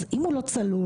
אם הוא לא צלול,